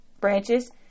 branches